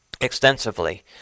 extensively